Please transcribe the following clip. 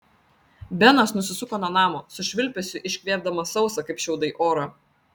benas nusisuko nuo namo su švilpesiu iškvėpdamas sausą kaip šiaudai orą